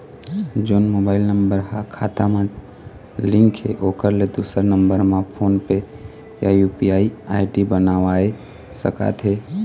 जोन mobile number हा खाता मा लिन्क हे ओकर ले दुसर नंबर मा फोन पे या यू.पी.आई आई.डी बनवाए सका थे?